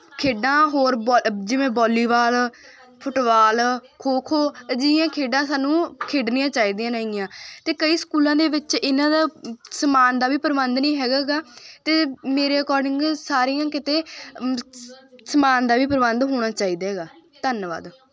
ਖੇਡਾਂ ਹੋਰ ਬੋ ਜਿਵੇਂ ਬੋਲੀਵਾਲ ਫੁੱਟਬਾਲ ਖੋ ਖੋ ਅਜਿਹੀਆਂ ਖੇਡਾਂ ਸਾਨੂੰ ਖੇਡਣੀਆਂ ਚਾਹੀਦੀਆਂ ਨੇਗੀਆਂ ਅਤੇ ਕਈ ਸਕੂਲਾਂ ਦੇ ਵਿੱਚ ਇਹਨਾਂ ਦਾ ਸਮਾਨ ਦਾ ਵੀ ਪ੍ਰਬੰਧ ਨਹੀਂ ਹੈਗਾ ਗਾ ਅਤੇ ਮੇਰੇ ਅਕੋਰਡਿੰਗ ਸਾਰੀਆਂ ਕਿਤੇ ਸਮਾਨ ਦਾ ਵੀ ਪ੍ਰਬੰਧ ਹੋਣਾ ਚਾਹੀਦਾ ਗਾ ਧੰਨਵਾਦ